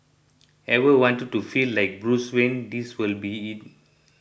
ever wanted to feel like Bruce Wayne this will be it